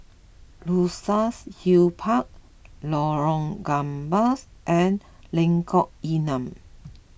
Luxus Hill Park Lorong Gambas and Lengkok Enam